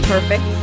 Perfect